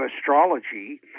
astrology